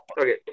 Okay